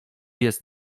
jest